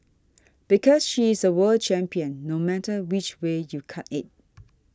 because she's a world champion no matter which way you cut it